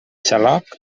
xaloc